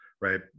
right